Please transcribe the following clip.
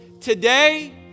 today